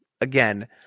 again